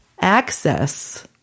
access